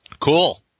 Cool